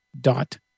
dot